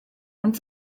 ond